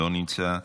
לא נמצא,